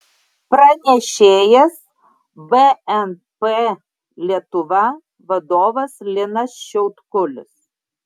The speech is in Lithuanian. pranešėjas bnp lietuva vadovas linas šiautkulis